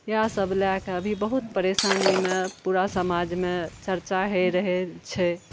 इएह सब लए कऽ अभी बहुत परेशानीमे पूरा समाजमे चर्चा होइ रहल छै